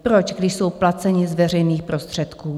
Proč, když jsou placeni z veřejných prostředků?